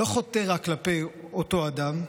לא חוטא רק כלפי אותו אדם,